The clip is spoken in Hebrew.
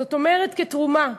זאת אומרת כתרומה.